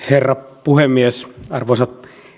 herra puhemies arvoisat